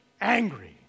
angry